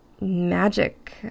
magic